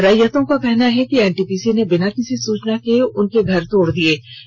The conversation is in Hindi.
रैयतों का कहना है कि एनटीपीसी ने बिना किसी सूचना के घर तोड़ दिया है